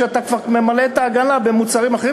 ואז הוא מפצה את עצמו כשאתה כבר ממלא את העגלה במוצרים אחרים,